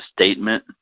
statement